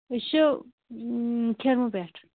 أسۍ چھِ کھِرمہٕ پٮ۪ٹھ